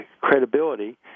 credibility